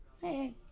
Hey